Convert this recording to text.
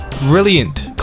brilliant